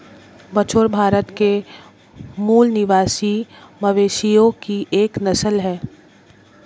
बछौर भारत के मूल निवासी मवेशियों की एक नस्ल है